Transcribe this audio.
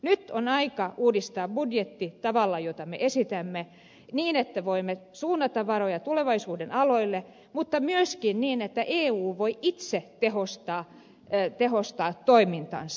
nyt on aika uudistaa budjetti tavalla jota me esitämme niin että me voimme suunnata varoja tulevaisuuden aloille mutta myöskin niin että eu voi itse tehostaa toimintaansa